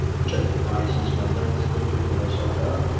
which i think biases my lens a little bit what i saw about.